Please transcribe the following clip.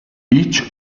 each